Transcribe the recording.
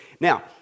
Now